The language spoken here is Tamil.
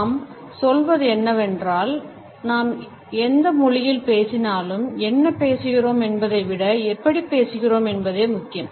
நாம் சொல்வது என்னவென்றால் நாம் எந்த மொழியில் பேசினாலும் என்ன பேசுகிறோம் என்பதை விட எப்படி பேசுறோம் என்பதே முக்கியம்